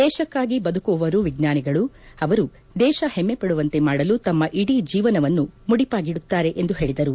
ದೇಶಕ್ಕಾಗಿ ಬದುಕುವವರು ವಿಜ್ಞಾನಿಗಳು ಅವರು ದೇಶ ಹೆಮ್ಮೆ ಪಡುವಂತೆ ಮಾಡಲು ತಮ್ಮ ಇಡೀ ಜೀವನವನ್ನು ಮುಡಿಪಾಗಿಡುತ್ತಾರೆ ಎಂದು ಹೇಳಿದರು